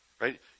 Right